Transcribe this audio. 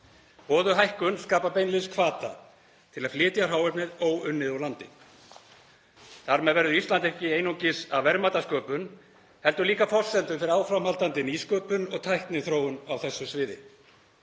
Boðuð hækkun skapar beinlínis hvata til að flytja hráefnið óunnið úr landi. Þar með verður Ísland ekki einungis af verðmætasköpun heldur líka forsendum fyrir áframhaldandi nýsköpun og tækniþróun á þessu sviði.